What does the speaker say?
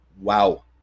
Wow